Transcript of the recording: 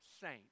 saint